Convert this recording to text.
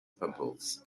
pimples